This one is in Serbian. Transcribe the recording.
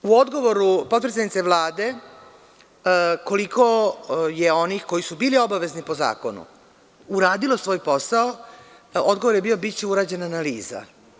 U odgovoru potpredsednice Vlade koliko je onih koji su bili obavezni po zakonu, uradilo svoj posao, odgovor je bio – biće urađena analiza.